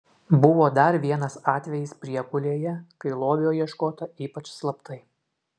buvo dar vienas atvejis priekulėje kai lobio ieškota ypač slaptai